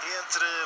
entre